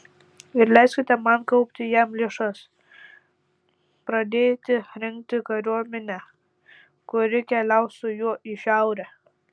ir leiskite man kaupti jam lėšas pradėti rinkti kariuomenę kuri keliaus su juo į šiaurę